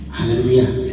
Hallelujah